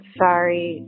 sorry